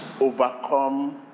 overcome